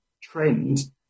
trend